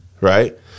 right